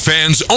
Fans